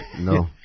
No